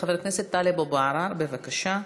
חבר הכנסת טלב אבו עראר, בבקשה.